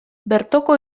bertoko